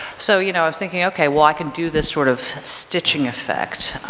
so, you know, i was thinking, okay well i can do this sort of stitching effect.